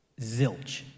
zilch